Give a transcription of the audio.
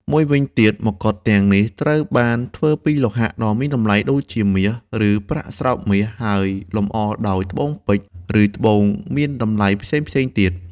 មួយវិញទៀតមកុដទាំងនេះត្រូវបានធ្វើពីលោហៈដ៏មានតម្លៃ ដូចជាមាស ឬប្រាក់ស្រោបមាស ហើយលម្អដោយត្បូងពេជ្រ ឬត្បូងមានតម្លៃផ្សេងៗទៀត។